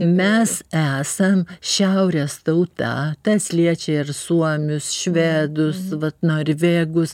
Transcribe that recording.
mes esam šiaurės tauta tas liečia ir suomius švedus va norvegus